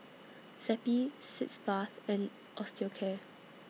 Zappy Sitz Bath and Osteocare